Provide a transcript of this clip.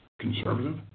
conservative